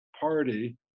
party